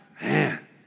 man